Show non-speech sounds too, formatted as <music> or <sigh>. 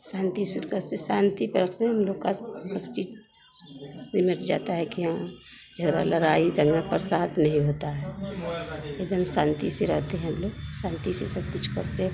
शान्ति सुरकत से शान्ति <unintelligible> से हम लोग का सब चीज सिमट जाता है कि हाँ झरा लड़ाई दंगा फसाद नहीं होता है एकदम शान्ति से रहते हैं हम लोग शान्ति से सब कुछ करते हैं